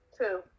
Two